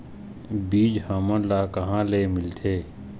बीज हमन ला कहां ले मिलथे?